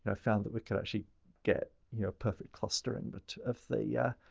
ah found that we could actually get, you know, perfect clustering but of the yeah